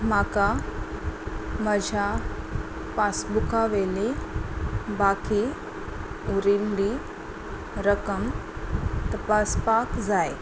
म्हाका म्हज्या पासबुका वयली बाकी उरिल्ली रक्कम तपासपाक जाय